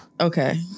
Okay